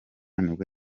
nibwo